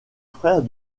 frère